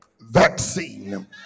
vaccine